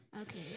Okay